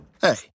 Hey